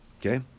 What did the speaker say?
Okay